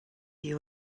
you